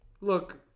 look